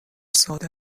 ساده